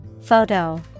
Photo